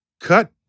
cut